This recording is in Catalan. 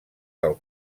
del